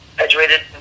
Graduated